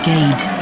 Gate